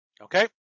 Okay